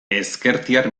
ezkertiar